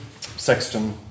Sexton